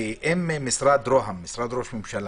אם משרד רוה"מ, משרד ראש הממשלה,